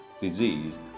disease